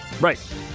Right